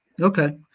Okay